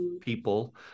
people